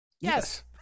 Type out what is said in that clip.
Yes